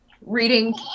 reading